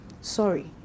sorry